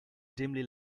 dimly